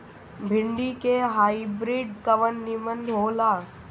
भिन्डी के हाइब्रिड कवन नीमन हो ला?